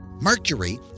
Mercury